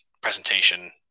presentation